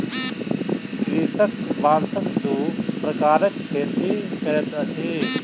कृषक बांसक दू प्रकारक खेती करैत अछि